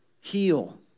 heal